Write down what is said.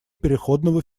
переходного